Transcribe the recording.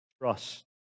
trust